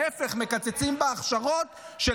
ההפך, מקצצים בהכשרות של